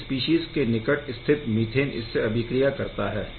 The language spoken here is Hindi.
इस स्पीशीज़ के निकट स्थित मीथेन इससे अभिक्रिया करता है